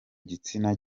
gitsina